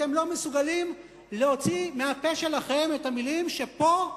אתם לא מסוגלים להוציא מהפה שלכם את המלים שפה,